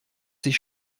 sich